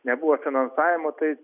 nebuvo finansavimo tai